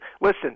Listen